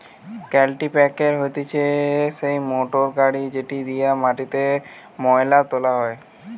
কাল্টিপ্যাকের হতিছে সেই মোটর গাড়ি যেটি দিয়া মাটিতে মোয়লা তোলা হয়